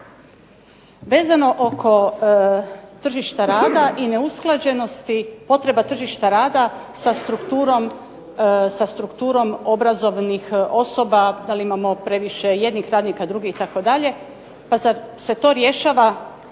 vezano oko tržišta i neusklađenosti potreba tržišta rada sa strukturom obrazovnih osoba, da li imamo previše jednih radnika, drugih itd. pa zar se to rješavanju